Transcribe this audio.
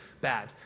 Bad